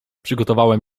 przygotowałem